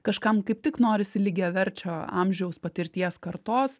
kažkam kaip tik norisi lygiaverčio amžiaus patirties kartos